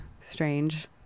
strange